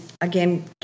again